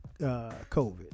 COVID